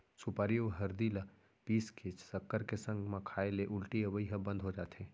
सुपारी अउ हरदी ल पीस के सक्कर के संग म खाए ले उल्टी अवई ह बंद हो जाथे